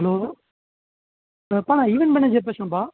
hello எப்பா event manager பேசுகிறேன்ப்பா